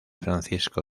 francisco